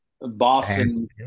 Boston